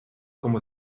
como